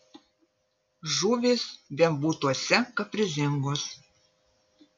žuvys vembūtuose kaprizingos